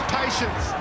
patience